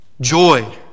joy